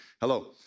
hello